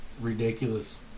ridiculous